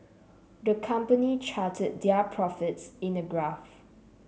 the company charted their profits in a graph